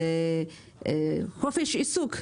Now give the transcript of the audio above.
חופש עיסוק,